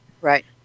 right